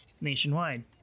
nationwide